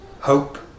Hope